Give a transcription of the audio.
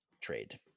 trade